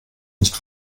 nicht